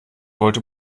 wollte